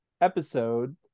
episode